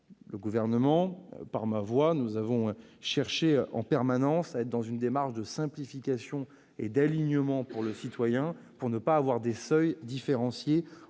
Le Gouvernement a cherché en permanence à être dans une démarche de simplification et d'alignement pour le citoyen, afin de ne pas avoir des seuils différenciés